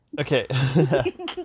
Okay